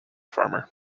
farmer